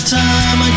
time